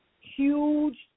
huge